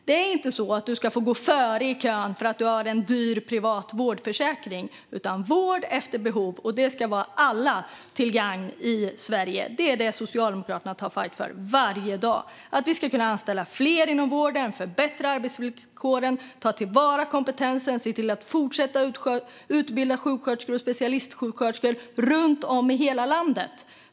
Det är inte så att man ska få gå före i kön för att man har en dyr privat vårdförsäkring. Det ska vara vård efter behov, och det ska vara alla till gagn i Sverige. Det är detta Socialdemokraterna tar fajten för varje dag - för att vi ska kunna anställa fler inom vården, förbättra arbetsvillkoren, ta till vara kompetensen och se till att fortsätta att utbilda sjuksköterskor och specialistsjuksköterskor runt om i hela landet.